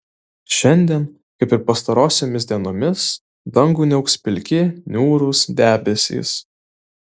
šiandien kaip ir pastarosiomis dienomis dangų niauks pilki niūrūs debesys